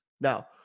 now